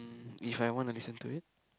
mm if I wanna listen to it